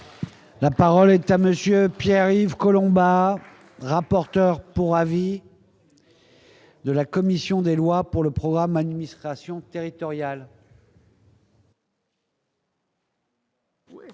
La parole est à monsieur Pierre-Yves Collombat, rapporteur pour avis de la commission des lois pour le programme administration territoriale.